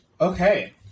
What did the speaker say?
okay